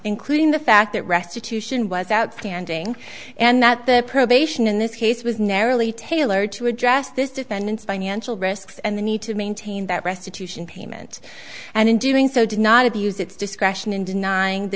including the fact that restitution was outstanding and that the probation in this case was narrowly tailored to address this defendant's financial risks and the need to maintain that restitution payment and in doing so did not abuse its discretion in denying the